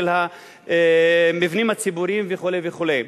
של המבנים הציבוריים וכו' וכו'.